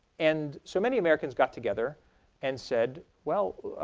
and so many americans got together and said well